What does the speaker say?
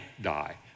die